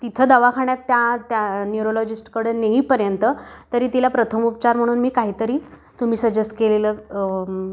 तिथं दवाखाण्यात त्या त्या न्युरोलॉजिस्टकडे नेपर्यंत तरी तिला प्रथमोपचार म्हणून मी काहीतरी तुम्ही सजेस्ट केलेलं